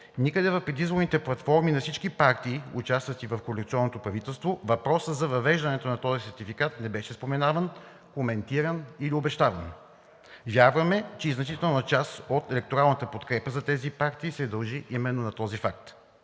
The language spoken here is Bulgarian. Никъде в предизборните платформи на всички партии, участващи в коалиционното правителство, въпросът за въвеждането на този сертификат не беше споменаван, коментиран или обещаван. Вярваме, че и значителна част от електоралната подкрепа за тези партии се дължи именно на този факт.